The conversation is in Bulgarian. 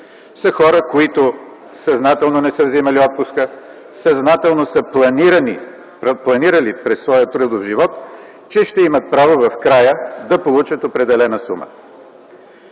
са хора, които съзнателно не са взимали отпуска, съзнателно са планирали през своя трудов живот, че ще имат право в края да получат определена сума.